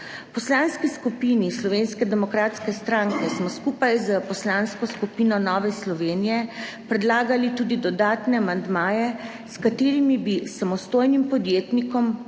Poslanski skupini Slovenske demokratske stranke smo skupaj s Poslansko skupino Nove Slovenije predlagali tudi dodatne amandmaje, s katerimi bi samostojnim podjetnikom,